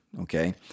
okay